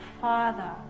Father